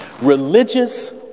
religious